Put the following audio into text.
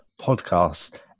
podcast